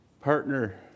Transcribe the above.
partner